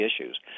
issues